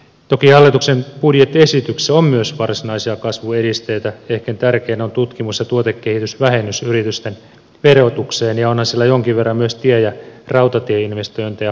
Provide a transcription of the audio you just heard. toki hallituksen budjettiesityksessä on myös varsinaisia kasvuedisteitä ehkä tärkein on tutkimus ja tuotekehitysvähennys yritysten verotukseen ja onhan siellä jonkin verran myös tie ja rautatieinvestointeja pietarin suuntaan